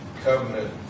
covenant